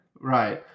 Right